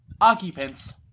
occupants